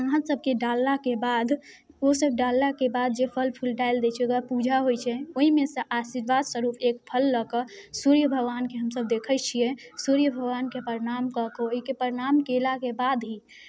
अहाँसबके डाललाके बाद ओसब डाललाके बाद जे फल फूल डालि दै छै ओहिके बाद पूजा होइ छै ओहिमेसँ आशीर्वाद स्वरूप एक फल लऽ कऽ सूर्य भगवानके हमसब देखै छिए सूर्य भगवानके परनाम कऽ कऽ ओहिके परनाम केलाके बाद ही